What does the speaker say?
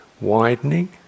widening